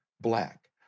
Black